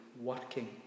working